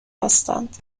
هستند